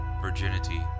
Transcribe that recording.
virginity